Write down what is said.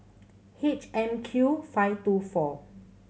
H M Q five two four